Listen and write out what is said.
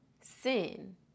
sin